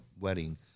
wedding